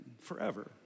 forever